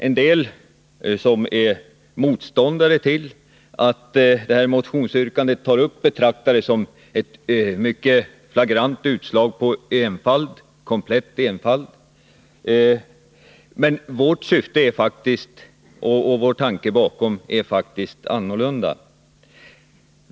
En del, som är motståndare till vad detta motionsyrkande tar upp, betraktar det som ett flagrant utslag av komplett enfald, men vi har faktiskt ett bestämt syfte.